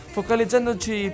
Focalizzandoci